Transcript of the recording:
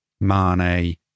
Mane